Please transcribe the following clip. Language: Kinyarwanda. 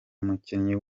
umukinnyi